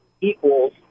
equals